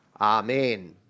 Amen